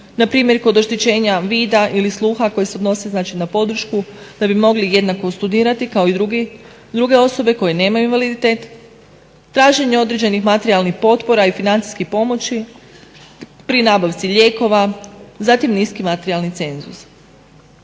na primjer kod oštećenja vida ili sluha koji se odnosi, znači na podršku da bi mogli jednako studirati kao i druge osobe koje nemaju invaliditet, traženje određenih materijalnih potpora i financijskih pomoći pri nabavci lijekova, zatim niski materijalni cenzus.